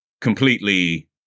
completely